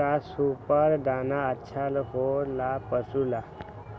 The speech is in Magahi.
का सुपर दाना अच्छा हो ला पशु ला?